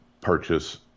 purchase